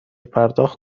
پرداخت